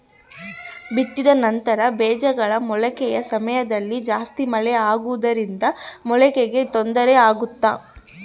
ಬಿತ್ತಿದ ನಂತರ ಬೇಜಗಳ ಮೊಳಕೆ ಸಮಯದಲ್ಲಿ ಜಾಸ್ತಿ ಮಳೆ ಆಗುವುದರಿಂದ ಮೊಳಕೆಗೆ ತೊಂದರೆ ಆಗುತ್ತಾ?